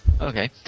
Okay